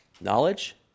knowledge